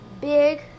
Big